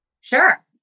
Sure